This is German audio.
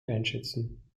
einschätzen